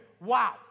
Wow